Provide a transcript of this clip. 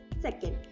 Second